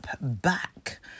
back